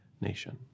nation